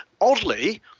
Oddly